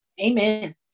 Amen